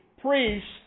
priests